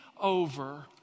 over